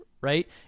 Right